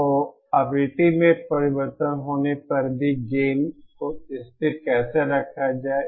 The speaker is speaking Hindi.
तो आवृत्ति में परिवर्तन होने पर भी गेन को स्थिर कैसे रखा जाए